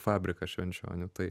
fabrikas švenčionių tai